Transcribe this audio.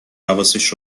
حواسش